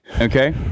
Okay